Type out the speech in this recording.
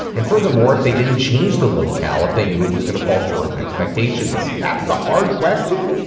and furthermore, if they didn't change the locale, if they knew it was going to fall short of expectations that's the hard question.